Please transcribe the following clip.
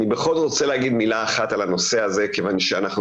אני בכל זאת רוצה להגיד מילה אחת על הנושא הזה כיוון שאנחנו